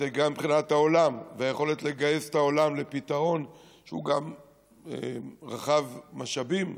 גם מבחינת העולם והיכולת לגייס את העולם לפתרון שהוא גם רחב משאבים,